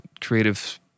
creative